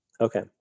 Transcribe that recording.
Okay